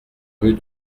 rue